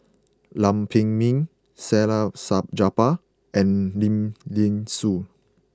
Lam Pin Min said out Salleh Japar and Lim Thean Soo